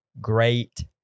great